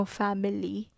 family